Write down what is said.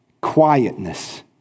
quietness